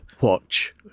watch